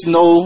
no